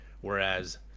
whereas